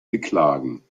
beklagen